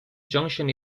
junction